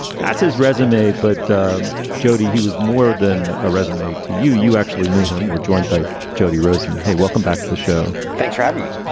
that's his resume. but jody, he was more than a resume to you. you actually knew him. we're joined by jody rosen. hey, welcome back to the show thanks for having me.